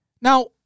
Now